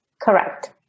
Correct